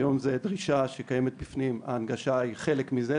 היום זו דרישה שקיימת בפנים, ההנגשה היא חלק מזה.